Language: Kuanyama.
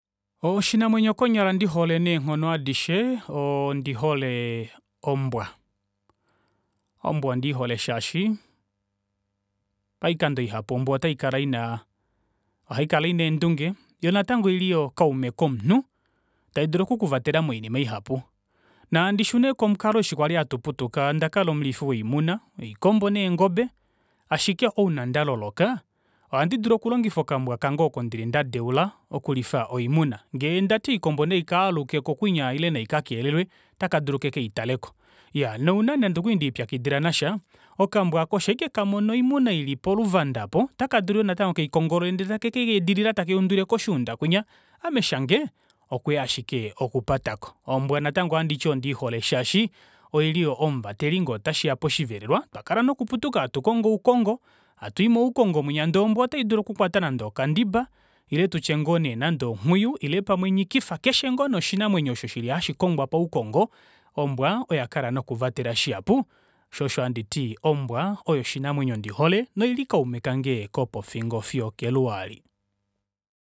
Oshinamwenyo konyala ndihole neenghono adishe, oo ndihoole ombwa. Ombwa ondiihole shaashi paikando ihapu ombwa ota ikala ina oha ikala ina eendunge yoo natango oili yoo kaume komunhu taidulu oku kuvatela moinima ihapu. Nandi shune komukalo eshi kwali hatu putuka, ondakala omulifi woimuna oikombo neengobe ashike ouna ndalololoka oha ndidilu okulongifa okambwa kange oko ndili nda deula okulifa oimuna. Ngee ndati oikombo naikaa lukeko kwinya ile naika kelelelwe ota kadulu kekeitaleko. Iyaa nouna nande okuli ndeipyakidila nasha, okambwa aako shaike kamono oimuna ili poluvanda aapo, otaka dulu yoo natango kekeikongolole ndee take kei yiidilile takeyuudwile koshuunda kwinya ame shange okuya ashike okupatako ombwa natango ohaditi ondiihole shaashi oili yoo omuvateli ngee tashiya poshivelelwa, otwa kala noku putuka hatu kongo oukongo, hatui moukongo mwinya ndee ombwa otai dulu oku kwata nande okandimba ile tutye ngoo nee nande omywiyu ile pamwe nikifa keshe ngoo nee oshinamwenyo osho shili hashi kongwa paukongo, ombwa oyakala noku vatela shihapu shoo osho handiti ombwa oyo oshinamwenyo ndihole noili kaume kange kopofingo fiyo okeluwa aali